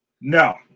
No